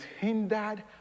hindered